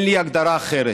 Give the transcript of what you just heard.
אין לי הגדרה אחרת.